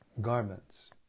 garments